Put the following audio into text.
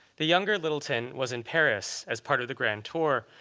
the younger littleton was in paris as part of the grand tour,